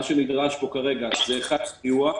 מה שנדרש פה כרגע זה סיוע.